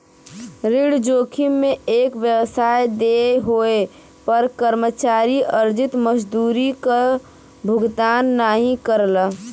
ऋण जोखिम में एक व्यवसाय देय होये पर कर्मचारी अर्जित मजदूरी क भुगतान नाहीं करला